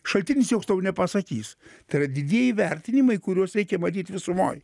šaltinis joks tau nepasakys tai yra didieji vertinimai kuriuos reikia matyt visumoj